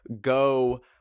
go